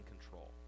control